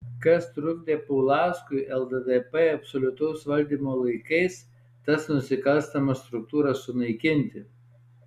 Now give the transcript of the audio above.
kas trukdė paulauskui lddp absoliutaus valdymo laikais tas nusikalstamas struktūras sunaikinti